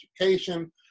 education